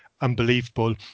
Unbelievable